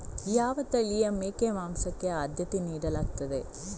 ಯಾವ ತಳಿಯ ಮೇಕೆ ಮಾಂಸಕ್ಕೆ ಆದ್ಯತೆ ನೀಡಲಾಗ್ತದೆ?